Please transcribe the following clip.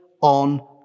on